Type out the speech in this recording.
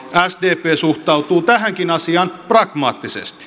sdp suhtautuu tähänkin asiaan pragmaattisesti